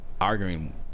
arguing